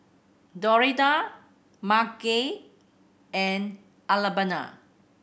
Doretta Margy and Alabama